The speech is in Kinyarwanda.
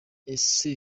ese